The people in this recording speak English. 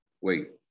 wait